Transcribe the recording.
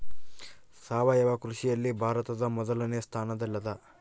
ಸಾವಯವ ಕೃಷಿಯಲ್ಲಿ ಭಾರತ ಮೊದಲನೇ ಸ್ಥಾನದಲ್ಲಿ ಅದ